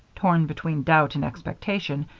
torn between doubt and expectation,